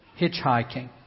hitchhiking